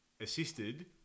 assisted